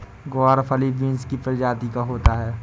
ग्वारफली बींस की प्रजाति का होता है